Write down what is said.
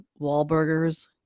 Wahlburgers